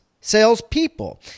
salespeople